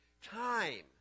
Time